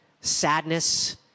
sadness